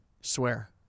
Swear